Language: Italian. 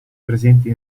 presenti